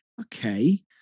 okay